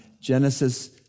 Genesis